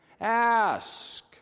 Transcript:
Ask